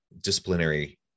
disciplinary